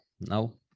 No